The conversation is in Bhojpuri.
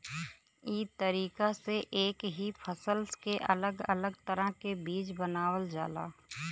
ई तरीका से एक ही फसल के अलग अलग तरह के बीज बनावल जाला